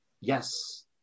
Yes